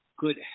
good